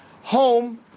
home